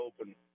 Open